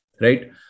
right